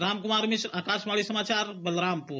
राम कुमार मिश्र आकाशवाणी समाचार बलरामपुर